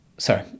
sorry